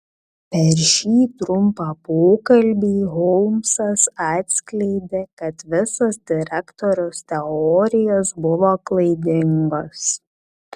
per šį trumpą pokalbį holmsas atskleidė kad visos direktoriaus teorijos buvo klaidingos